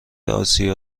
آسیا